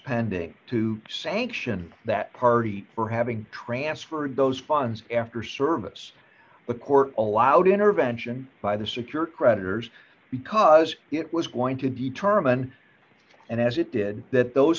pending to sanction that party for having transferred those funds after service the court allowed intervention by the secured creditors because it was going to determine and as it did that those